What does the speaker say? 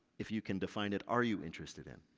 if you can define it, are you interested in?